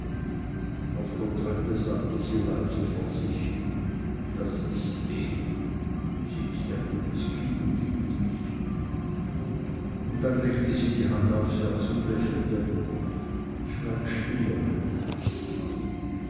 auf der treppe sagte sie leise vor sich hin das ist er sie ist ein gutes kind und liebt mich und dann legte sie die hand aufs herz und lächelte schweig stille mein herze